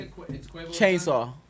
chainsaw